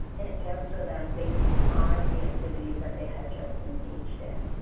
and answer them based on the activities that they had just engaged in.